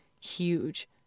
huge